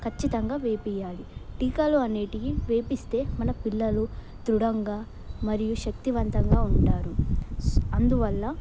ఖచ్చితంగా వెయ్యించాలి టీకాలు అనేటికి వేయిస్తే మన పిల్లలు దృఢంగా మరియు శక్తివంతంగా ఉంటారు అందువల్ల